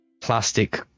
plastic